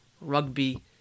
Rugby